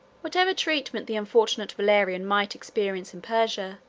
whatever treatment the unfortunate valerian might experience in persia,